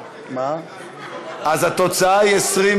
אז התוצאה היא 27